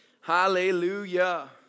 Hallelujah